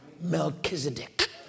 Melchizedek